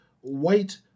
white